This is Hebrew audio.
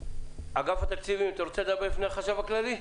אגף התקציבים, אתה רוצה לדבר לפני החשב הכללי?